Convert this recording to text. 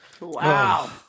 Wow